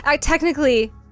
Technically